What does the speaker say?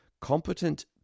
Competent